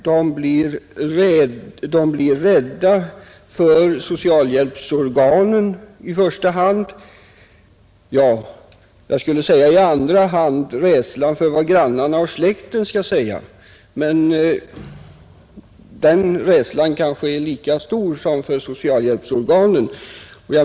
De blir rädda för socialhjälpsorganen i första hand, och jag skulle vilja säga att i andra hand finns rädslan för vad grannarna och släkten skall säga.